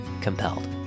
COMPELLED